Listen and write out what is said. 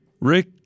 Rick